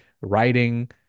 writing